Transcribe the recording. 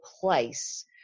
place